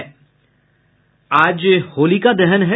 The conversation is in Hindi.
आज होलिका दहन है